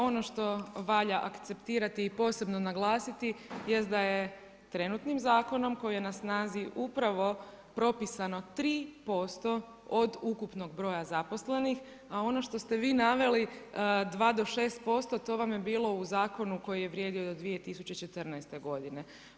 Ono što valja akceptirati i posebno naglasiti jest da je trenutnim zakonom, koji je na snazi upravo propisano 3%, od ukupnog broja zaposlenih, a ono što ste vi naveli, 2-6%, to vam je bilo u zakonu koji je vrijedio do 2014. godine.